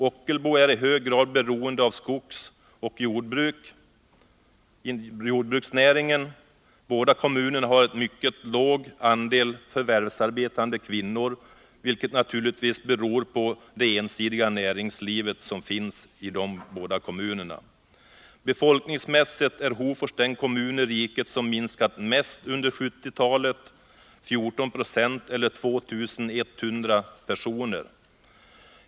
Ockelbo är i hög grad beroende av skogsoch jordbruksnäringen. Båda kommunerna har en mycket låg andel förvärvsarbetande kvinnor, vilket naturligtvis beror på det ensidiga näringslivet. Befolkningsmässigt är Hofors den kommun i riket som minskat mest under 1970-talet — med 14 96 eller 2 100 personer.